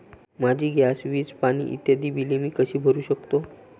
माझी गॅस, वीज, पाणी इत्यादि बिले मी कशी भरु शकतो?